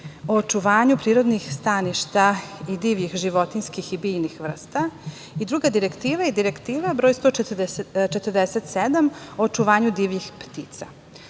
o očuvanju prirodnih staništa divljih životinjskih i biljnih vrsta i druga direktiva je Direktiva 147 – o očuvanju divljih ptica. Ove